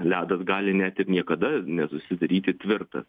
ledas gali net ir niekada nesusidaryti tvirtas